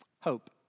hope